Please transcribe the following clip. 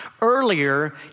Earlier